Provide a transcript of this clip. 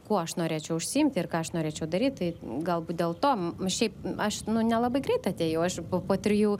kuo aš norėčiau užsiimt ir ką aš norėčiau daryt tai galbūt dėl to šiaip aš nu nelabai greit atėjau aš po trijų